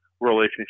relationship